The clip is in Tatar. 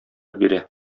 бирә